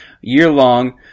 year-long